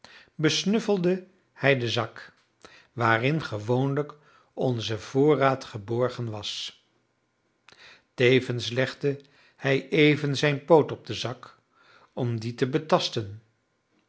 besnuffelde hij den zak waarin gewoonlijk onze voorraad geborgen was tevens legde hij even zijn poot op den zak om dien te betasten